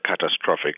catastrophic